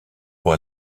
pour